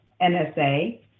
NSA